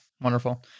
Wonderful